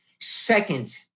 second